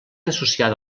associada